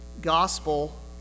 Gospel